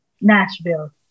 Nashville